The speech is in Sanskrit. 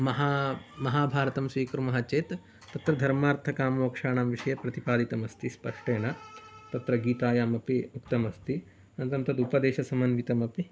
महा महाभारतं स्वीकुर्मः चेत् तत्र धर्मार्थकाममोक्षाणां विषये प्रतिपादितमस्ति स्पष्टेन तत्र गीतायाम् अपि उक्तमस्ति अनन्तरं तत् उपदेशसमन्वितमपि